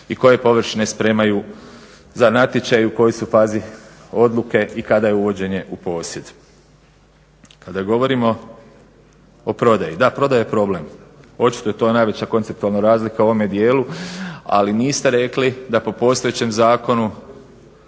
i koje površine spremaju za natječaj i u kojoj su fazi odluke i kada je uvođenje u posjed. Kada govorimo o prodaji, da, prodaja je problem. Očito je to najveća konceptualna razlika u ovome dijelu, ali niste rekli da po postojećem zakonu